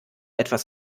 etwas